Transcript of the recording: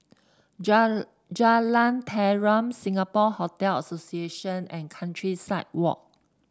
Jalan Tarum Singapore Hotel Association and Countryside Walk